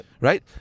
right